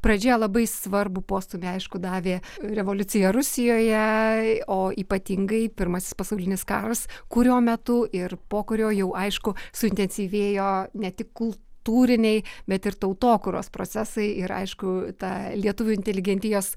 pradžioje labai svarbų postūmį aišku davė revoliucija rusijoje o ypatingai pirmasis pasaulinis karas kurio metu ir po kurio jau aišku suintensyvėjo ne tik kultūriniai bet ir tautokūros procesai ir aišku ta lietuvių inteligentijos